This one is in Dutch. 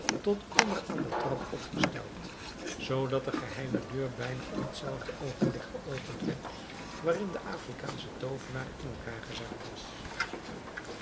tot onder aan de trap opgesteld zoodat de geheime deur bijna op hetzelfde oogenblik geopend werd waarin de afrikaansche toovenaar in elkaar gezakt was